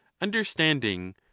understanding